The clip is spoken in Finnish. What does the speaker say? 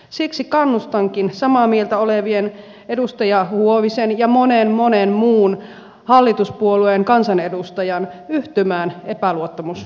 siksi kannustankin samaa mieltä olevia edustaja huovista ja monta monta muuta hallituspuolueen kansanedustajaa yhtymään epäluottamuslauseeseen